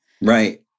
Right